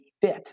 fit